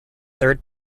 third